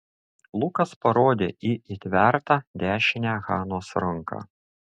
lukas parodė į įtvertą dešinę hanos ranką